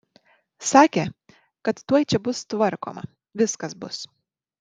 sakė kad tuoj čia bus tvarkoma viskas bus